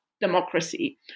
democracy